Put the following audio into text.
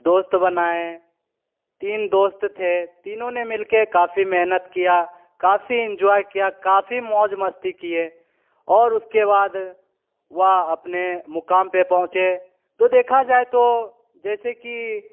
दोस्त बनाएँ तीन दोस्त थे तीनों ने मिल के काफी मेहनत किया काफी इंजॉय किया काफी मौज मस्ती किए और उसके बाद वह अपने मुकाम पर पहुँचे तो देखा जाए तो जैसे कि